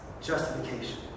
justification